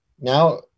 Now